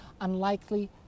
unlikely